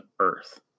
earth